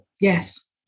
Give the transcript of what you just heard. Yes